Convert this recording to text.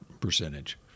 percentage